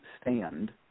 stand